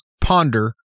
Ponder